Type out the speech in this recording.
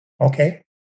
okay